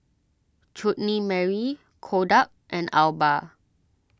Chutney Mary Kodak and Alba